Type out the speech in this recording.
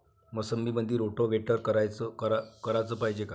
मोसंबीमंदी रोटावेटर कराच पायजे का?